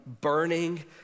burning